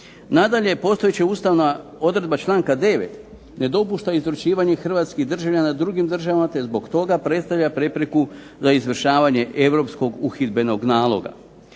Nadalje, postojeća ustavna odredba članka 9. ne dopušta izručivanje hrvatskih državljana drugim državama te zbog toga predstavlja prepreku za izvršavanje Europskog uhidbenog naloga.